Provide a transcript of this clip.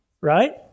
right